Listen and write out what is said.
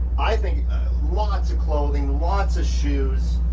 i think lots of clothing, lots of shoes,